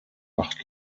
acht